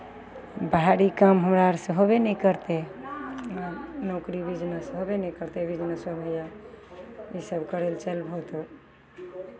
बाहरी काम हमरा आरसँ होयबे नहि करतै नौकरी बिजनेस होयबे नहि करतै बिजनेसोमे इएह इसभ करय लए चलबौ तऽ